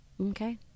okay